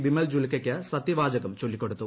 ബിമൽ ജുൽകയ്ക്ക് സത്യവാചകം ചൊല്ലിക്കൊടുത്തു